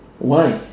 why